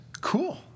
cool